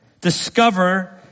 discover